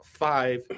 five